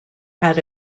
had